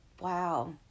Wow